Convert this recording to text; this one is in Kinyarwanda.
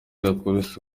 yabitse